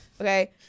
Okay